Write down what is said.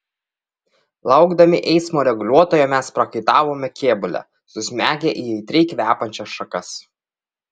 laukdami eismo reguliuotojo mes prakaitavome kėbule susmegę į aitriai kvepiančias šakas